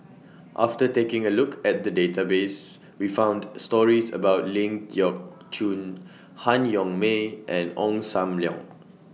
after taking A Look At The Database We found stories about Ling Geok Choon Han Yong May and Ong SAM Leong